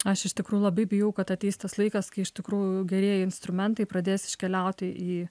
aš iš tikrųjų labai bijau kad ateis tas laikas kai iš tikrųjų gerieji instrumentai pradės iškeliauti į